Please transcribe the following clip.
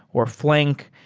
or flink,